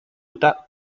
utah